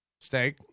steak